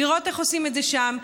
לראות איך עושים את זה שם.